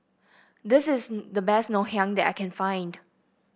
this is the best Ngoh Hiang that I can find